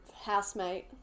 housemate